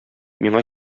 миңа